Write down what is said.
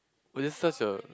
oh that's such a